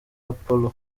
apollo